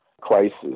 crisis